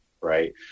right